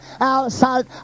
outside